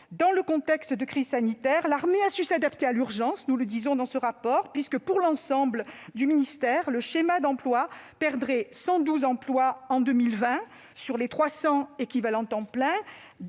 dans le contexte de la crise sanitaire, l'armée a su s'adapter à l'urgence- nous l'indiquons dans le rapport pour avis. Ainsi, pour l'ensemble du ministère, le schéma d'emploi perdrait 112 emplois en 2020 sur les 300 équivalents temps plein